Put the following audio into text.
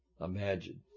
Imagine